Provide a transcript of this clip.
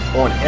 on